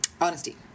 honesty